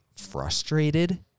frustrated